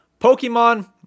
Pokemon